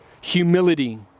humility